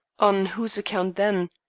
on whose account, then?